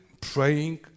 praying